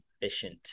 efficient